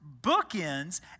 bookends